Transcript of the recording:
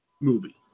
movie